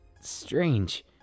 strange